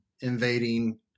invading